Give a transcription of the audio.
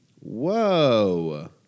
Whoa